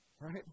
Right